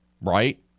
Right